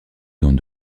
dans